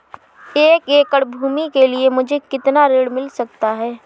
एक एकड़ भूमि के लिए मुझे कितना ऋण मिल सकता है?